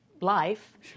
life